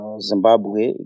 Zimbabwe